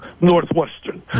Northwestern